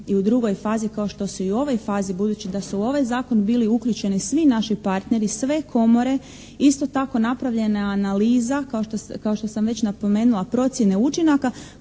i u drugoj fazi kao što su u ovoj fazi budući da su u ovaj zakon bili uključeni svi naši partneri, sve komore. Isto tako, napravljena je analiza kao što sam već napomenula procjene učinaka